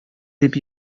дип